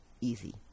Easy